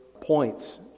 points